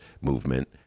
movement